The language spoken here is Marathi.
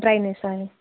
ड्रायनेस आहे